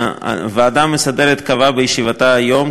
הוועדה המסדרת קבעה בישיבתה היום,